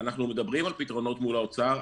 אנחנו מדברים על פתרונות מול האוצר.